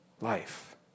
life